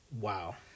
wow